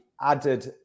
added